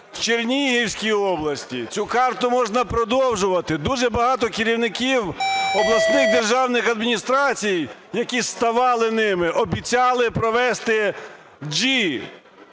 у Чернігівській області). Цю карту можна продовжувати. Дуже багато керівників обласних державних адміністрацій, які ставали ними, обіцяли провести G,